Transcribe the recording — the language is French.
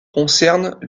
concernent